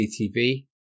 CCTV